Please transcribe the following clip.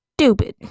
stupid